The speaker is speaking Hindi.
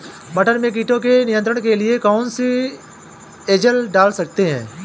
मटर में कीटों के नियंत्रण के लिए कौन सी एजल डाल सकते हैं?